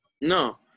No